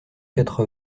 quatre